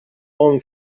own